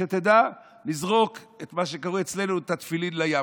שתדע: לזרוק את התפילין לים,